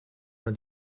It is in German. mal